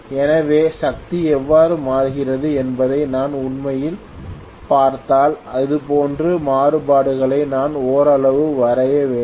எனவே சக்தி எவ்வாறு மாறுகிறது என்பதை நான் உண்மையில் பார்த்தால் இது போன்ற மாறுபாடுகளை நான் ஓரளவு வரைய வேண்டும்